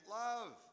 love